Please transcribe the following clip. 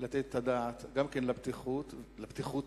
לתת את הדעת גם לבטיחות הפיזית,